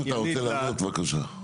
אם אתה רוצה לענות, בבקשה.